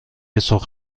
سرخ